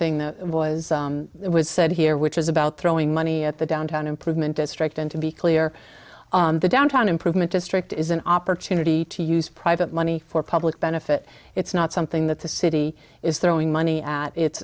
thing that was it was said here which is about throwing money at the downtown improvement district and to be clear the downtown improvement district is an opportunity to use private money for public benefit it's not something that the city is there owing money at it